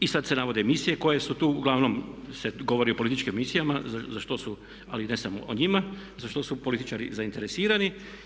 I sada se navode emisije koje su tu, uglavnom se govori o političkim emisijama za što su, ali ne samo o njima za što su političari zainteresirani.